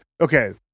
Okay